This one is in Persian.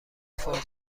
فور